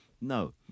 No